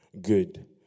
good